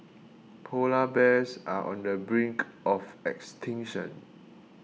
Polar Bears are on the brink of extinction